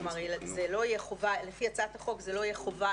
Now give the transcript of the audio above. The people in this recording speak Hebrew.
כלומר לפי הצעת החוק זה לא יהיה חובה,